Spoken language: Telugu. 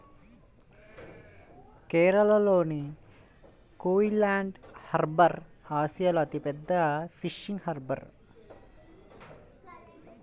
కేరళలోని కోయిలాండి హార్బర్ ఆసియాలో అతిపెద్ద ఫిషింగ్ హార్బర్